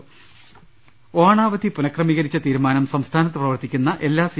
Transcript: രദേഷ്ടെടു ഓണാവധി പുനഃക്രമീകരിച്ച തീരുമാനം സംസ്ഥാനത്ത് പ്രവർത്തിക്കുന്ന എല്ലാ സി